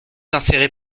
insérée